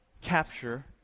capture